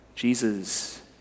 Jesus